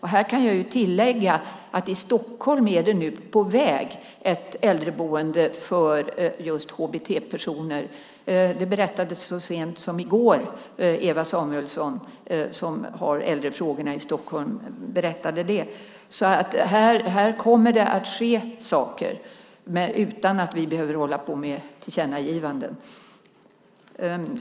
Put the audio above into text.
Här kan jag tillägga att i Stockholm är det nu på väg ett äldreboende för just HBT-personer. Det berättade Ewa Samuelsson, som har hand om äldrefrågorna i Stockholm, så sent som i går. Här kommer det alltså att ske saker utan att vi behöver hålla på med tillkännagivanden.